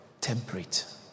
temperate